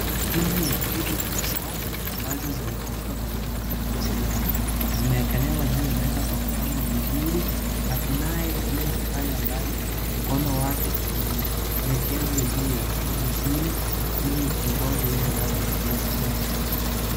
Hizi ni hedi za usafi ambazo zimepakiwa kwenye makaratasi yao zimewekelewa juu ya meza na kupangwa vizuri na kunae binti pale ambaye mkono wake umewekelea juu ya hedi zile iliwangoje labda kuwapa watu.